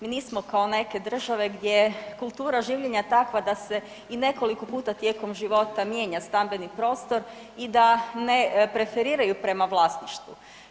Mi nismo kao neke države gdje je kultura življenja takva da se i nekoliko puta tijekom života mijenja stambeni prostor i da ne preferiraju prema vlasništvu.